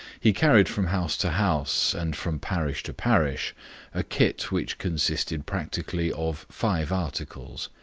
he carried from house to house and from parish to parish a kit which consisted practically of five articles.